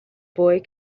boy